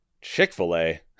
Chick-fil-A